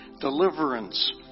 deliverance